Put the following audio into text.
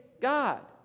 God